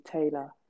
Taylor